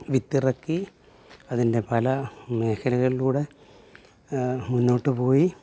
വിത്തിറക്കി അതിൻ്റെ പല മേഖലകളിലൂടെ മുന്നോട്ട് പോയി